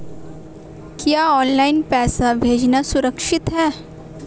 क्या ऑनलाइन पैसे भेजना सुरक्षित है?